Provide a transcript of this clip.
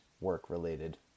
work-related